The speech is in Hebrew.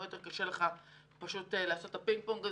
יותר קשה לעשות את הפינג-פונג הזה.